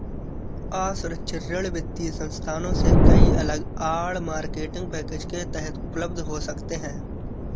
असुरक्षित ऋण वित्तीय संस्थानों से कई अलग आड़, मार्केटिंग पैकेज के तहत उपलब्ध हो सकते हैं